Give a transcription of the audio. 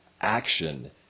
action